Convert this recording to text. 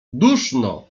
duszno